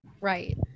Right